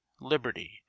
Liberty